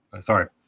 Sorry